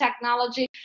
technology